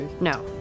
No